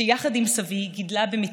שיחד עם סבי גידלה במתיקות,